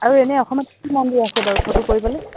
আৰু এনেই অসমত কি মন্দিৰ আছে বাৰু ফটো কৰিবলৈ